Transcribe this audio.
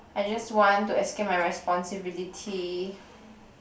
I just want to escape my responsibility